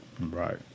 Right